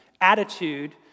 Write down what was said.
attitude